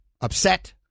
upset